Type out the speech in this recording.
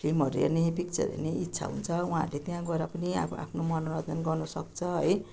फ्लिमहरू हेर्ने पिक्चर हेर्ने इच्छा हुन्छ उहाँहरूले त्यहाँ गएर पनि अब आफ्नो मनोरञ्जन गर्नुसक्छ है